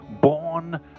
born